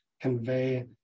convey